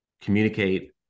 communicate